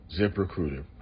ZipRecruiter